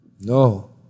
No